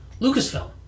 Lucasfilm